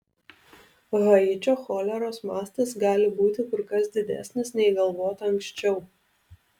haičio choleros mastas gali būti kur kas didesnis nei galvota anksčiau